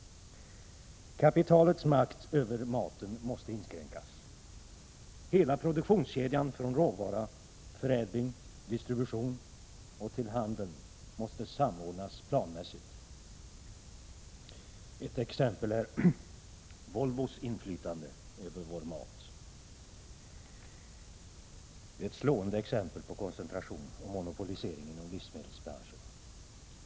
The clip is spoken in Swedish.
Kapitalets makt över maten måste inskränkas. Hela produktionskedjan från råvara, förädling och distribution till handeln måste samordnas planmässigt. Ett exempel är Volvos inflytande över vår mat. Det är ett slående exempel på koncentration och monopolisering inom livsmedelsbranschen.